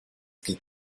geht